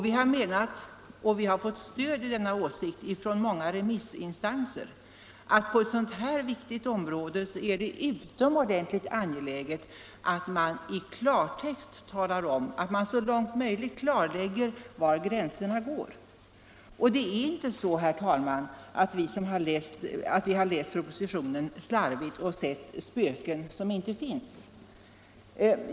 Vi har menat, och fått stöd i denna åsikt från många remissinstanser, att på ett så här viktigt område är det utomordentligt angeläget att man så långt möjligt klarlägger gränserna mellan den administrativa och den judiciella verksamheten. Det är inte så, herr talman, att vi har läst propositionen slarvigt och sett spöken som inte finns.